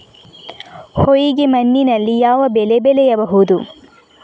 ಹೊಯ್ಗೆ ಮಣ್ಣಿನಲ್ಲಿ ಯಾವ ಬೆಳೆ ಬೆಳೆಯಬಹುದು?